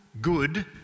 Good